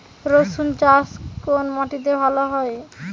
রুসুন চাষ কোন মাটিতে ভালো হয়?